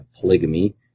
polygamy